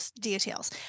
details